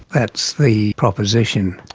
that's the proposition.